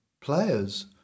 players